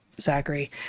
Zachary